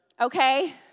okay